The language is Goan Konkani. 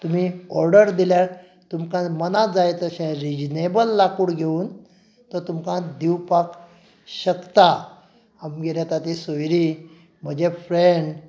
तुमी ऑर्डर दिल्यार तुमकां मनाक जाय तशें रिजनेबल लाकूड घेवन तो तुमकां दिवपाक शकता आमगेर येता तीं सोयरीं म्हजे फ्रेंड्स